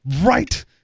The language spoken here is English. Right